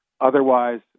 Otherwise